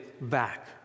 back